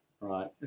right